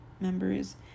members